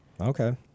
okay